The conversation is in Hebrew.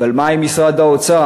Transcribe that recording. אבל מה עם משרד האוצר?